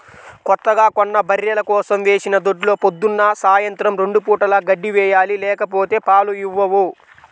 కొత్తగా కొన్న బర్రెల కోసం వేసిన దొడ్లో పొద్దున్న, సాయంత్రం రెండు పూటలా గడ్డి వేయాలి లేకపోతే పాలు ఇవ్వవు